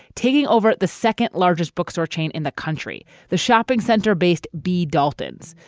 taking over the second largest bookstore chain in the country. the shopping center based bea daltons,